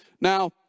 Now